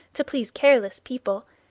to please careless people,